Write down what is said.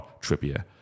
Trippier